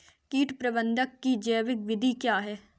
कीट प्रबंधक की जैविक विधि क्या है?